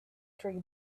tree